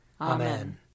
Amen